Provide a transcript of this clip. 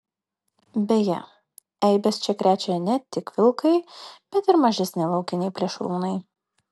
beje eibes čia krečia ne tik vilkai bet ir mažesni laukiniai plėšrūnai